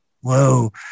whoa